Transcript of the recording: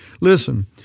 Listen